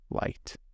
light